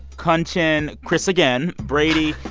kunshan, chris again, brady,